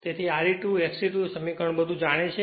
તેથી Re2 XE2 સમીકરણ બધુ જાણે છે